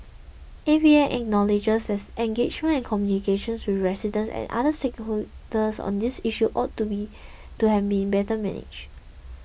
A V A acknowledges that engagement and communications with residents and other stakeholders on this issue ought to be to have been better managed